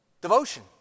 Devotion